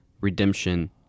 redemption